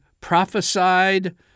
prophesied